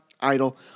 idol